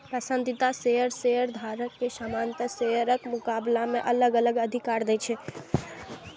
पसंदीदा शेयर शेयरधारक कें सामान्य शेयरक मुकाबला मे अलग अलग अधिकार दै छै